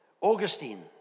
Augustine